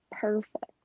Perfect